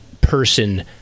person